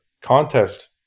contest